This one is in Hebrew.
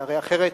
שהרי אחרת